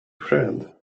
friend